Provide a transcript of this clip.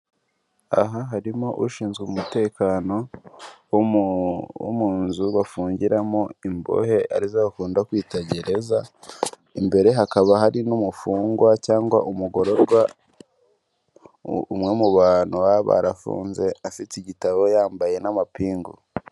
Aha harimo ushinzwe umutekano wo mu nzu bafungiramo imbohe arizo bakunda kwita gereza imbere hakaba hari n'umufungwa cyangwa umugororwa umwe mu bantu baba barafunze afite igitabo yambaye n'amapingu.